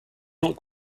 not